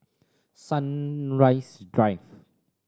Sunrise Drive